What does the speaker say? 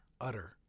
utter